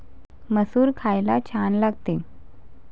मसूर खायला छान लागते